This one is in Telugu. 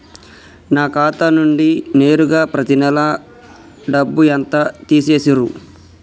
నా ఖాతా నుండి నేరుగా పత్తి నెల డబ్బు ఎంత తీసేశిర్రు?